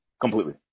completely